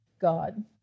God